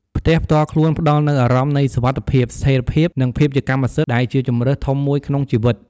ផ្ទះផ្ទាល់ខ្លួនផ្ដល់នូវអារម្មណ៍នៃសុវត្ថិភាព ស្ថេរភាព និងភាពជាកម្មសិទ្ធិដែលជាជម្រើសធំមួយក្នុងជីវិត។